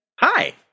Hi